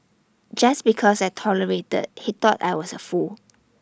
just because I tolerated he thought I was A fool